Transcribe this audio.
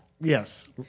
Yes